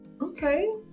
Okay